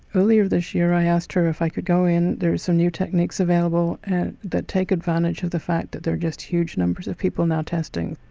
earlier this year i asked her if i could go in, there are some new techniques available and that take advantage of the fact that there are just huge numbers of people now testing.